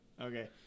Okay